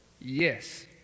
Yes